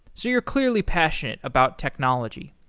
so you're clearly passionate about technology.